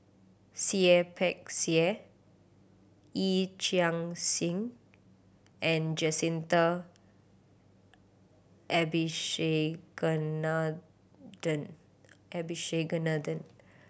Seah Peck Seah Yee Chia Hsing and Jacintha Abisheganaden Abisheganaden